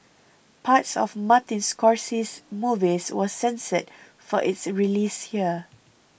parts of Martin Scorsese's movies were censored for its release here